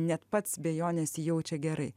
net pats be jo nesijaučia gerai